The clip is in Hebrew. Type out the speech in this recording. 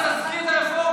את הרפורמה.